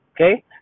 Okay